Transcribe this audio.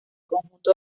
conjunto